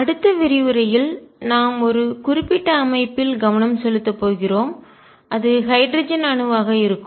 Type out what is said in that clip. அடுத்த விரிவுரையில் நாம் ஒரு குறிப்பிட்ட அமைப்பில் கவனம் செலுத்தப் போகிறோம் அது ஹைட்ரஜன் அணுவாக இருக்கும்